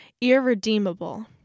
irredeemable